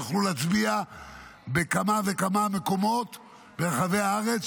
הם יוכלו להצביע בכמה וכמה מקומות ברחבי הארץ,